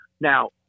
Now